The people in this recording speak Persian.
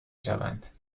شوند